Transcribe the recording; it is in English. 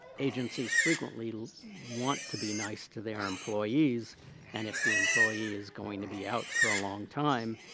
agencies frequently want to be nice to their employees and if the employee is going to be out for a long time,